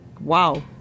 wow